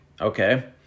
Okay